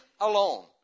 alone